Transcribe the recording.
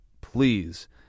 please